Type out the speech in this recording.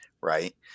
Right